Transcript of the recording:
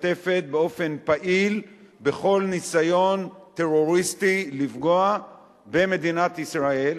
משתתפת באופן פעיל בכל ניסיון טרוריסטי לפגוע במדינת ישראל,